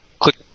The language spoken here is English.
click